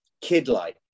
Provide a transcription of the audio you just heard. kid-like